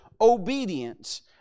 obedience